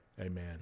Amen